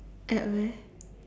at where